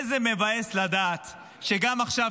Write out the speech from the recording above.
איזה מבאס לדעת שגם עכשיו,